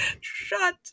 Shut